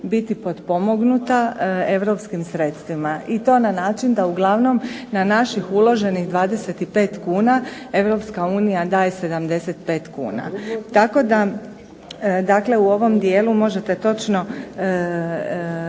biti potpomognuta europskim sredstvima i to na način da uglavnom da na naših uloženih 25 kuna Europska unija daje 75 kuna. Tako da u ovom dijelu možete točno